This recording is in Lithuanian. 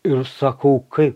ir sakau kaip